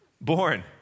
born